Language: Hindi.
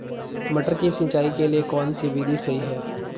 मटर की सिंचाई के लिए कौन सी विधि सही है?